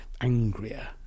angrier